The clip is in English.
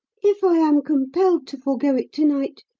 if i am compelled to forego it to-night,